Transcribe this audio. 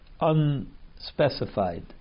unspecified